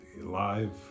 live